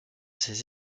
ses